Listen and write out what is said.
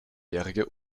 jährige